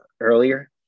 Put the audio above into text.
earlier